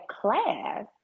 class